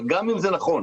אבל גם אם זה נכון,